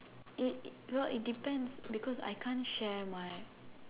it well it depends because I can't share my